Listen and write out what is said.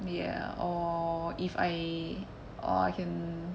ya or if I or I can